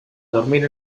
dormir